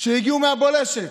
שהגיעו מהבולשת,